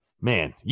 Man